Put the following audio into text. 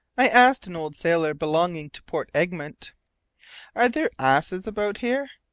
i asked an old sailor belonging to port egmont are there asses about here?